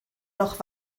noch